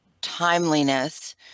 timeliness